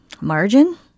margin